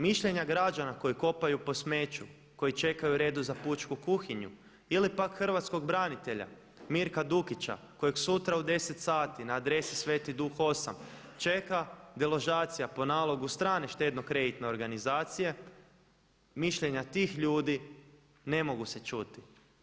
Mišljenja građana koji kopaju po smeću, koji čekaju u redu za pučku kuhinju ili pak hrvatskog branitelja Mirka Dukića kojeg sutra u 10 sati na adresi Sv. Duh 8. čeka deložacija po nalogu strane štedno-kreditne organizacije, mišljenja tih ljudi ne mogu se čuti.